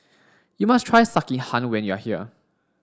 you must try Sekihan when you are here